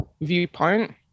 viewpoint